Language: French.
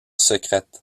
secrète